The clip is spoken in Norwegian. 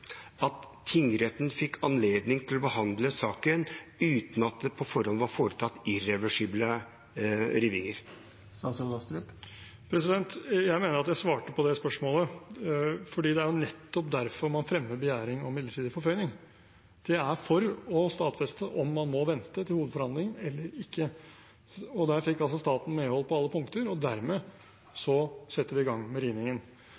at tingretten fikk anledning til å behandle saken uten at det på forhånd var foretatt irreversibel riving? Jeg mener at jeg svarte på det spørsmålet, for det er jo nettopp derfor man fremmer begjæring om midlertidig forføyning. Det er for å stadfeste om man må vente til hovedforhandlingen eller ikke, og der fikk staten medhold på alle punkter, og dermed setter vi i gang med